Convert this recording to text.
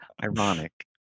ironic